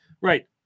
Right